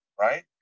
right